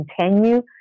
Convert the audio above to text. continue